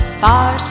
far